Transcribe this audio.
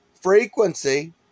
frequency